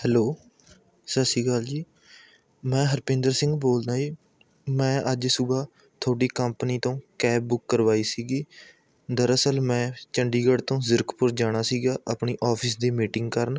hello ਸਤਿ ਸ਼੍ਰੀ ਅਕਾਲ ਜੀ ਮੈਂ ਹਰਪਿੰਦਰ ਸਿੰਘ ਬੋਲਦਾ ਜੀ ਮੈਂ ਅੱਜ ਸੁਬਾਹ ਤੁਹਾਡੀ ਕੰਪਨੀ ਤੋਂ ਕੈਬ ਬੁੱਕ ਕਰਵਾਈ ਸੀ ਦਰਅਸਲ ਮੈਂ ਚੰਡੀਗੜ੍ਹ ਤੋਂ ਜ਼ੀਰਕਪੁਰ ਜਾਣਾ ਸੀ ਆਪਣੀ ਔਫ਼ਿਸ ਦੀ ਮੀਟਿੰਗ ਕਰਨ